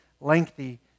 lengthy